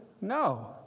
No